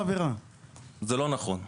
זה לא נכון.